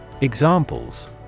Examples